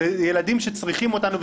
אלה ילדים שצריכים אותנו,